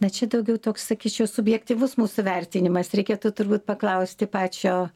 na čia daugiau toks sakyčiau subjektyvus mūsų vertinimas reikėtų turbūt paklausti pačio